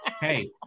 hey